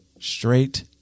straight